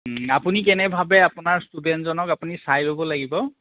আপুনি কেনেভাৱে আপোনাৰ ষ্টুডেণ্টজনক আপুনি চাই ল'ব লাগিব